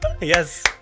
Yes